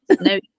no